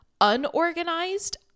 unorganized